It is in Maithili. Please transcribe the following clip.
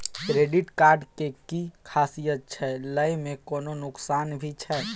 क्रेडिट कार्ड के कि खासियत छै, लय में कोनो नुकसान भी छै?